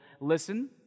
listen